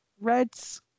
reds